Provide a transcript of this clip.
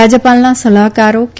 રાજયપાલના સલાહકારો કે